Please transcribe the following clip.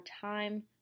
time